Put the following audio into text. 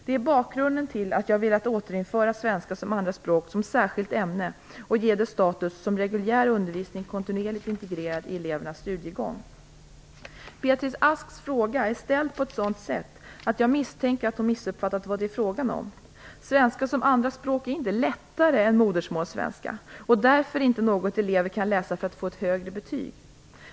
Det är bakgrunden till att jag velat återinföra svenska som andraspråk som särskilt ämne och ge det status som reguljär undervisning kontinuerligt integrerad i elevernas studiegång. Beatrice Asks fråga är ställd på ett sådant sätt att jag misstänker att hon missuppfattat vad det är frågan om. Svenska som andraspråk är inte "lättare" än modersmålssvenska och därför inte något elever kan läsa för att få ett högre betyg.